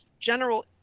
general